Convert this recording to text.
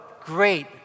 great